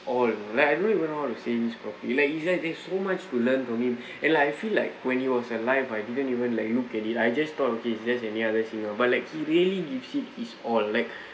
all like I don't even how to say this properly like inside I think so much to learn from him and like I feel like when he was alive I didn't even like look at it I just thought of he's just like any other singer but like he really give it his all like